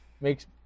Makes